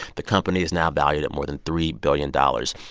the company is now valued at more than three billion dollars.